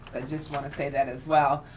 so just wanna say that as well.